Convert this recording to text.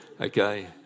Okay